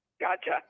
gotcha